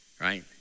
right